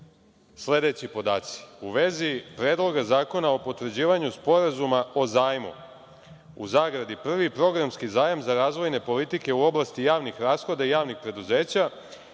sledeći podaci u vezi Predloga zakona o potvrđivanju Sporazuma o zajmu (Prvi programski zajam za razvojne politike u oblasti javnih rashoda i javnih preduzeća)